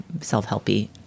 self-helpy